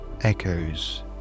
echoes